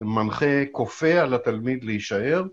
המנחה כופה על התלמיד להישאר.